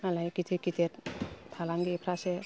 मालाय गिदिर गिदिर फालांगिफ्रासो